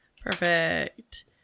Perfect